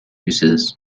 uses